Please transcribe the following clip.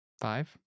five